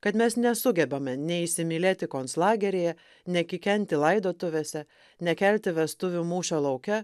kad mes nesugebame neįsimylėti konclageryje nekikenti laidotuvėse nekelti vestuvių mūšio lauke